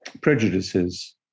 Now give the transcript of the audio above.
prejudices